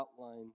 outline